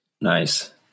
Nice